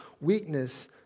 weakness